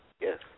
Yes